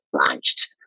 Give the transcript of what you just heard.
launched